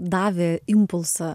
davė impulsą